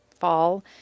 Fall